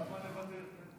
למה לוותר?